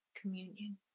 communion